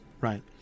right